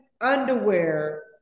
underwear